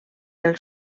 del